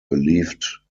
believed